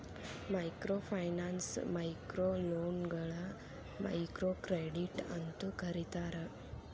microfinance ಮೈಕ್ರೋಲೋನ್ಗಳ microcredit ಅಂತೂ ಕರೇತಾರ